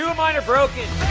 mine are broken.